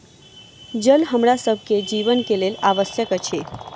जल हमरा सभ के जीवन के लेल आवश्यक अछि